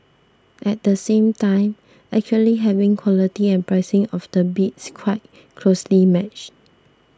at the same time actually having quality and pricing of the bids quite closely matched